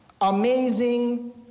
Amazing